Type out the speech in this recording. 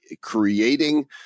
creating